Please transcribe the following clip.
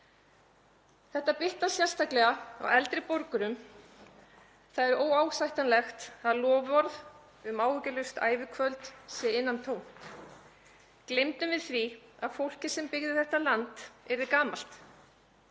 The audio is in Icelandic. Þetta bitnar sérstaklega á eldri borgurum. Það er óásættanlegt að loforð um áhyggjulaust ævikvöld sé innantómt. Gleymdum við því að fólkið sem byggði þetta land yrði gamalt?